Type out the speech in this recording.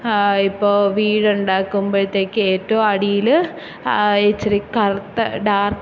ഇപ്പോള് വീടുണ്ടാക്കുമ്പോഴത്തേക്ക് ഏറ്റവും അടിയില് ഇച്ചിരി കറുത്ത ഡാർക്ക്